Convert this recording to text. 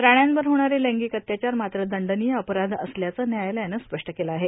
प्राण्यांवर होणारे लैंगिक अत्याचार मात्र दंडनीय अपराध असल्याचं न्यायालयानं स्पष्ट केलं आहे